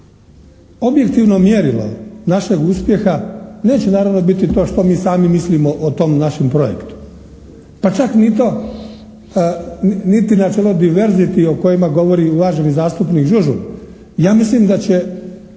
objektivno mjerilo našeg uspjeha neće naravno biti to što mi sami mislimo o tom našem projektu, pa čak niti načelo diversity o kojima govori uvaženi zastupnik Žužul. Ja mislim da će